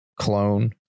clone